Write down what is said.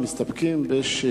מסתפקים באיזו